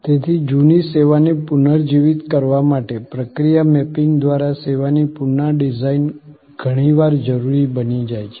તેથી જૂની સેવાને પુનર્જીવિત કરવા માટે પ્રક્રિયા મેપિંગ દ્વારા સેવાની પુનઃડિઝાઈન ઘણીવાર જરૂરી બની જાય છે